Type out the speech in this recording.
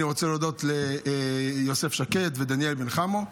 אני רוצה להודות ליוסף שקד ודניאל בן חמו,